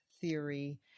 theory